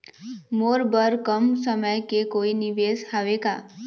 मोर बर कम समय के कोई निवेश हावे का?